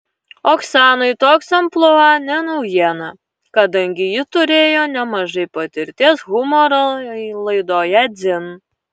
oksanai toks amplua ne naujiena kadangi ji turėjo nemažai patirties humoro laidoje dzin